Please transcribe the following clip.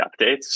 updates